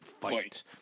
fight